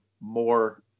more